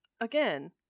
again